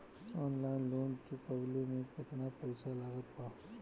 Online loan चुकवले मे केतना पईसा लागत बा?